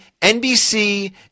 NBC